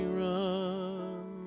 run